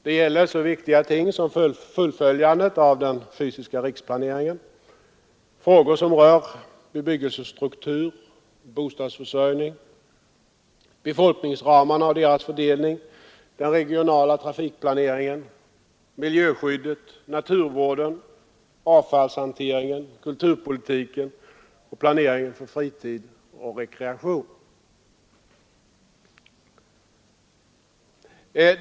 Det gäller så viktiga ting som fullföljandet av den fysiska riksplaneringen, frågor som rör bebyggelsestruktur och bostadsförsörjning, befolkningsramarna och deras fördelning, den regionala trafikplaneringen, miljöskyddet, naturvården, avfallshanteringen, kulturpolitiken och planeringen för fritid och rekreation.